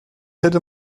hätte